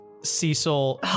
Cecil